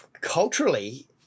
Culturally